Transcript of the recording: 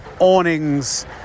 awnings